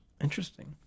Interesting